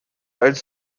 als